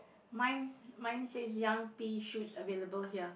mine mine says young pea shoots available here